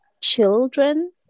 children